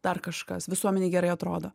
dar kažkas visuomenei gerai atrodo